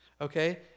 Okay